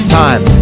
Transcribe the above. time